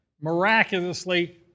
miraculously